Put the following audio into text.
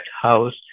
house